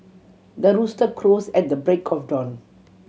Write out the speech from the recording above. the rooster crows at the break of dawn